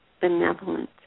benevolent